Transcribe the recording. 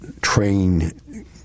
train